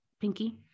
Pinky